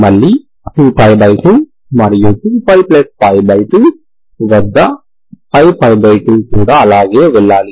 మళ్లీ 2π2 మరియు 2ππ2 వద్ద 5π2 కూడా అలాగే వెళ్ళాలి